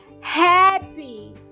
Happy